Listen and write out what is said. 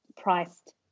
priced